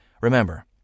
Remember